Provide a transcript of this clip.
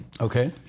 Okay